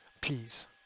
please